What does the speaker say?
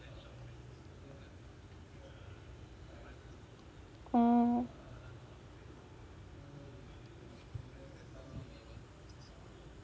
oh